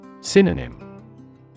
Synonym